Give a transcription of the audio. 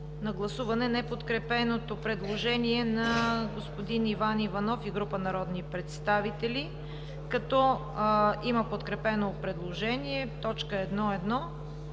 на гласуване неподкрепеното предложение на господин Иван Иванов и група народни представители, като има подкрепено предложение т. 1.1,